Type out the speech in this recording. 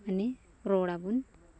ᱢᱟᱱᱮ ᱨᱚᱲ ᱟᱵᱚᱱ